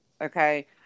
Okay